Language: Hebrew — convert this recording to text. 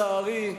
לצערי,